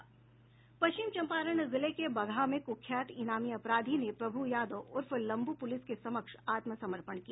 पश्चिम चंपारण जिले के बगहा में कुख्यात इनामी अपराधी ने प्रभू यादव उर्फ लंबू पुलिस के समक्ष आत्मसमर्पण किया